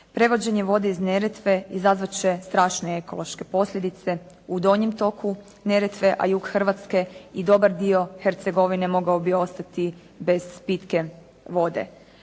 Prevođenje vode iz Neretve izazvat će strašne ekološke posljedice u donjem toku Neretve, a jug Hrvatske i dobar dio Hercegovine mogao bi ostati bez pitke vode.